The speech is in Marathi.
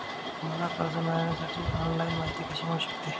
मला कर्ज मिळविण्यासाठी ऑनलाइन माहिती कशी मिळू शकते?